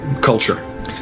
culture